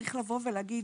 צריך לבוא ולהגיד,